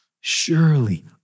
Surely